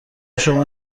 شما